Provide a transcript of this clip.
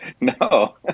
No